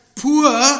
Poor